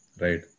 Right